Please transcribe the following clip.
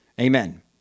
Amen